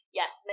yes